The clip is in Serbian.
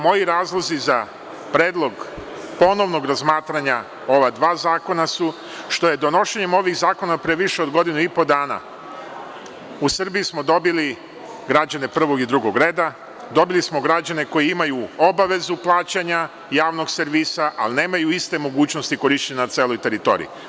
Moji razlozi za predlog ponovnog razmatranja ova dva zakona su što je donošenjem ovih zakona pre više od godinu i po dana u Srbiji smo dobili građane prvog i drugog reda, dobili smo građane koji imaju obavezu plaćanja javnog servisa, ali nemaju iste mogućnosti korišćenja na celoj teritoriji.